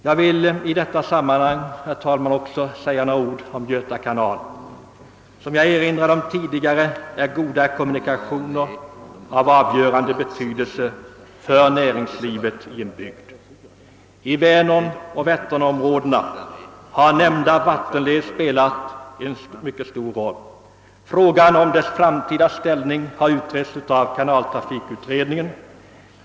Jag vill i detta sammanhang också säga några ord om Göta kanal. Som jag tidigare erinrade om är goda kommunikationer av avgörande betydelse för näringslivet i en bygd. I vänernoch vätternområdena har nämnda vattenled spelat en mycket stor roll. Frågan om dess framtida ställning har utretts av kanalatrafikutredningen.